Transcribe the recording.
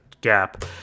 gap